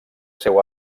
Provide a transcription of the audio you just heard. seu